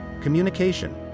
communication